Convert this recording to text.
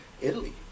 Italy